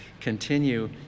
continue